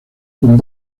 con